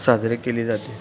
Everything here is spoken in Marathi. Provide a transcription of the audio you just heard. साजरे केली जाते